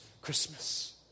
Christmas